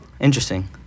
Interesting